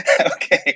okay